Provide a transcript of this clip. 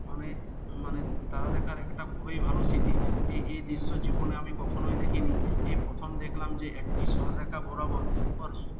মানে মানে তারা দেখার একটা খুবই ভালো স্মৃতি এই এই দৃশ্য জীবনে আমি কখনোই দেখিনি এই প্রথম দেখলাম যে একটি সরলরেখা বরাবর